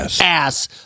ass